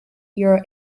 euro